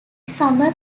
summer